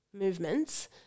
movements